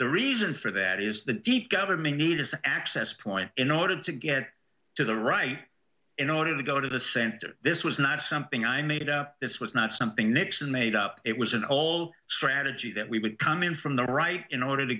the reason for that is the deep governing need is access point in order to get to the right in order to go to the center this was not something i needed it's was not something nixon made up it was an old strategy that we would come in from the right in order to